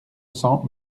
cents